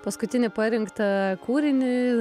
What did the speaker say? paskutinį parinktą kūrinį